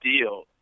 deal